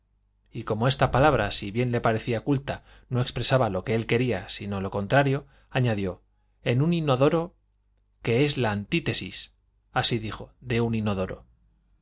y como esta palabra si bien le parecía culta no expresaba lo que él quería sino lo contrario añadió en un inodoro que es la antítesis así dijo de un inodoro